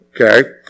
okay